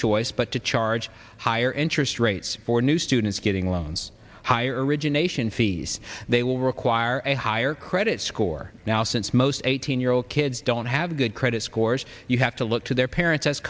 choice but to charge higher interest rates for new students getting loans higher origination fees they will require a higher credit score now since most eighteen year old kids don't have good credit scores you have to look to their parents